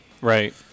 Right